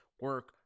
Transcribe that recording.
Work